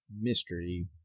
mystery